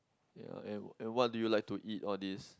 ya and and what do you like to eat all this